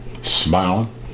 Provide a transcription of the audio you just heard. smiling